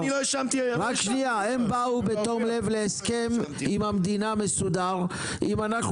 הם באו בתום לב להסכם מסודר עם המדינה,